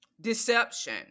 deception